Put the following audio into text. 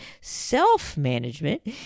self-management